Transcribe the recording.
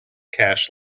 cash